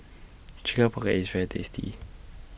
Chicken Pocket IS very tasty